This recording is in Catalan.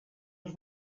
els